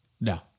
No